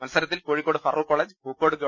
മത്സരത്തിൽ കോഴിക്കോട് ഫറൂഖ് കോളേജ് പൂക്കോട് ഗവ